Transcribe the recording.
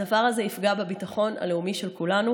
הדבר הזה יפגע בביטחון הלאומי של כולנו.